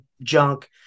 junk